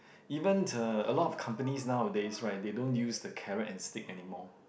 even the a lot of companies nowadays right they don't use the carrot and spinach anymore